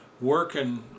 working